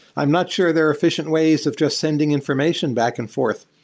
i'm not sure there are efficient ways of just sending information back and forth.